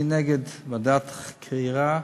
אני נגד ועדת חקירה,